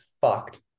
fucked